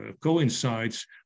coincides